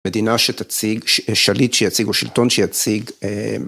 מדינה שתציג, שליט שיציג או שלטון שיציג.